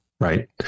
right